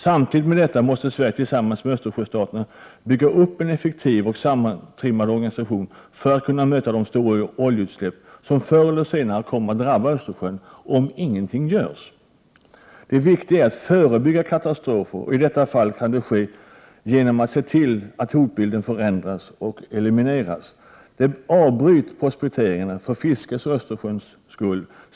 Samtidigt med detta måste Sverige tillsammans med Östersjöstaterna bygga upp en effektiv och samtrimmad organisation för att kunna möta de stora oljeutsläpp som förr eller senare kommer att drabba Östersjön, om ingenting görs. Det viktiga är att förebygga katastrofer, och i detta fall kan det ske genom att se till att hotbilden förändras och elimineras. Avbryt prospekteringarna, för fiskets och Östersjöns skull!